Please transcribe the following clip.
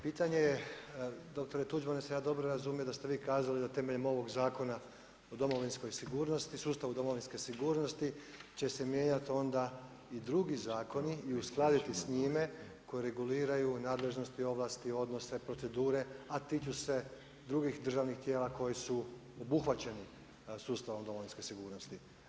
Pitanje je dr. Tuđman, jesam li ja dobro razumio da ste vi kazali da temeljem ovog Zakona o sustavu domovinske sigurnosti će se mijenjati onda i drugi zakoni i uskladiti s njime koji reguliraju nadležnosti, ovlasti, odnose, procedure a tiču se drugih državnih tijela koji su obuhvaćeni sustavom domovinske sigurnosti?